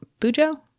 Bujo